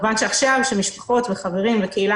כמובן שעכשיו משפחות וחברים וקהילה